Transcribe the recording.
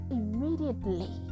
immediately